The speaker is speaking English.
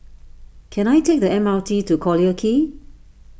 can I take the M R T to Collyer Quay